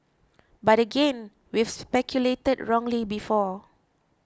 but again we've speculated wrongly before